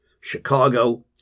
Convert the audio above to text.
Chicago